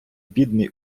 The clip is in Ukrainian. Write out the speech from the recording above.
бідний